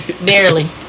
Barely